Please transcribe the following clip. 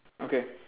okay